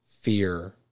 fear